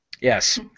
Yes